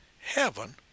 Heaven